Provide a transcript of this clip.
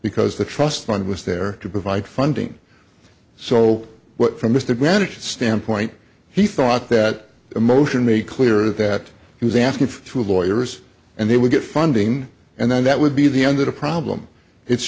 because the trust fund was there to provide funding so what from mr greenwich standpoint he thought that emotion made clear that he was asking for to a boyer's and they would get funding and then that would be the end of the problem it's